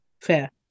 Fair